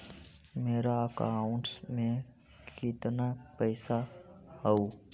मेरा अकाउंटस में कितना पैसा हउ?